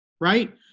right